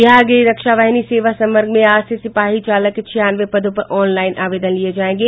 बिहार गृह रक्षा वाहिनी सेवा संवर्ग में आज से सिपाही चालक के छियानवे पदों पर ऑनलाईन आवेदन लिये जायेंगे